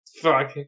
Fuck